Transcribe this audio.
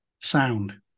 sound